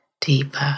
deeper